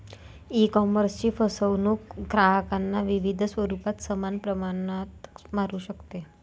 ईकॉमर्सची फसवणूक ग्राहकांना विविध स्वरूपात समान प्रमाणात मारू शकते